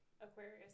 Aquarius